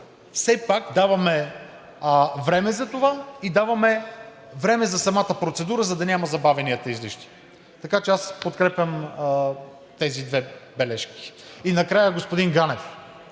че все даваме време за това, даваме време за самата процедура, за да няма излишни забавяния, така че аз подкрепям тези две бележки. И накрая, господин Ганев,